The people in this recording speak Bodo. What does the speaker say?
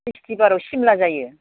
बिस्टिबाराव सिमला जायो